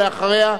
ואחריה,